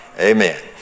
amen